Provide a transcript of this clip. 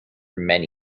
many